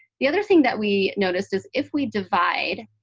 the other thing that we noticed is if we divide